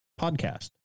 podcast